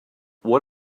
what